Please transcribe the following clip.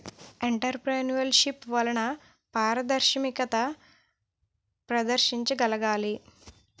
entrepreneurship వలన పారదర్శకత ప్రదర్శించగలగాలి